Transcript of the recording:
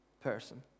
person